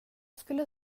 skulle